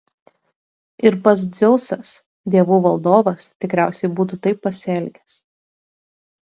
ir pats dzeusas dievų valdovas tikriausiai būtų taip pasielgęs